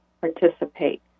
participate